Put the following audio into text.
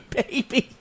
baby